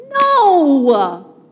No